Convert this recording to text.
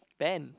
band